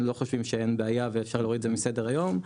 אנחנו לא חושבים שאין בעיה ואפשר להוריד את זה מסדר היום,